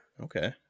Okay